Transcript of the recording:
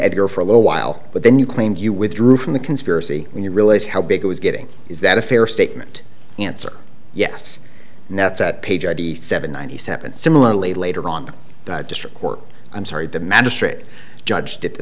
edgar for a little while but then you claimed you withdrew from the conspiracy when you realize how big it was getting is that a fair statement answer yes and that's at page eighty seven ninety seven similarly later on the district court i'm sorry the magistrate judge did the